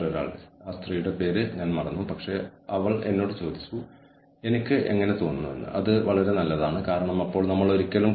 ഒരു ഓർഗനൈസേഷന്റെ ജീവനക്കാർ എന്ന നിലയിൽ നമ്മൾ മുന്നോട്ട് കൊണ്ടുവരുന്ന പെരുമാറ്റങ്ങളുടെ വൈവിധ്യം പ്രശ്നങ്ങൾ കൈകാര്യം ചെയ്യുന്നതിലെ വൈവിധ്യം എന്നിവയെക്കുറിച്ചാണ് നമ്മൾ സംസാരിക്കുന്നത്